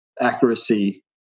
accuracy